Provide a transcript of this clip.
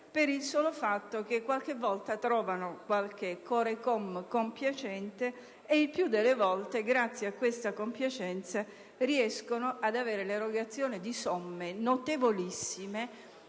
per il solo fatto che a volte trovano qualche Corecom compiacente. Il più delle volte, grazie a questa compiacenza, riescono ad avere l'erogazione di somme notevolissime